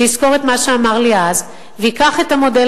שיזכור את מה שאמר לי אז וייקח את המודל